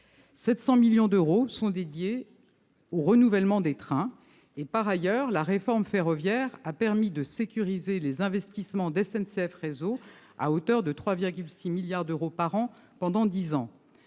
700 millions d'euros est dédiée au renouvellement des trains et, par ailleurs, la réforme ferroviaire a permis de sécuriser les investissements de SNCF Réseau à hauteur de 3,6 milliards d'euros par an pendant dix ans.